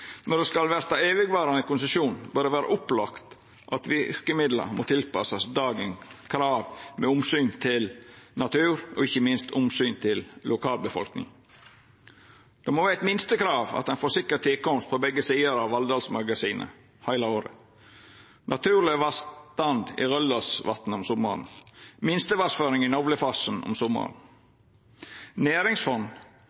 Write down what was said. Når det skal verta evigvarande konsesjon, bør det vera opplagt at verkemidla må tilpassast dagens krav med omsyn til natur og ikkje minst omsyn til lokalbefolkninga. Det må vera eit minstekrav at ein får sikker tilkomst på begge sider av Valldals-magasinet heile året, naturleg vasstand i Røldalsvatnet om sommaren og minstevassføring i Novlefossen om